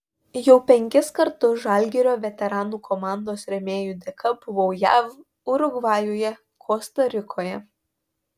jau penkis kartus žalgirio veteranų komandos rėmėjų dėka buvau jav urugvajuje kosta rikoje